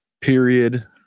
period